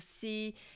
see